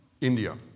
India